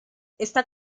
está